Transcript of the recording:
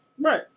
Right